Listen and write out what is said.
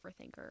overthinker